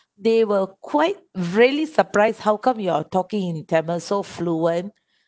they were quite really surprise how come you're talking in tamil so fluent